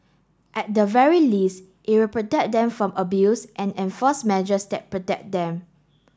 at the very least it will protect them from abuse and enforce measures that protect them